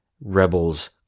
rebels